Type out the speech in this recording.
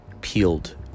peeled